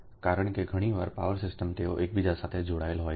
કારણ કે ઘણી પાવર સિસ્ટમ તેઓ એકબીજા સાથે જોડાયેલી હોય છે